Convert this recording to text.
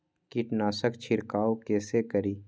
कीट नाशक छीरकाउ केसे करी?